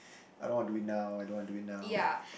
I don't want do it now I don't want do it now